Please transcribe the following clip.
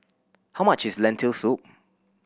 how much is Lentil Soup